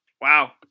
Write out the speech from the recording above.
Wow